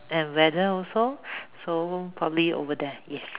and weather also so probably over there yes